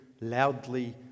loudly